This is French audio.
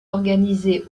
organisé